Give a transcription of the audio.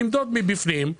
נמדוד מבפנים,